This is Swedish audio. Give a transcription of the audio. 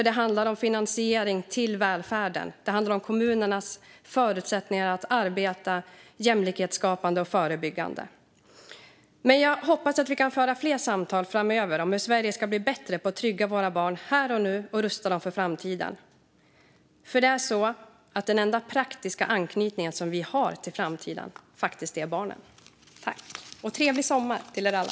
Det handlar om finansiering till välfärden och kommunernas förutsättningar att arbeta jämlikhetsskapande och förebyggande. Men jag hoppas att vi kan föra fler samtal tillsammans framöver om hur Sverige ska bli bättre på att skapa trygghet för våra barn här och nu och rusta dem för framtiden, för den enda faktiska anknytningen vi har till framtiden är barnen. Trevlig sommar till er alla!